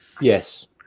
Yes